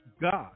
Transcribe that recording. God